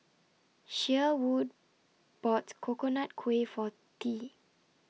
Sherwood bought Coconut Kuih For Tea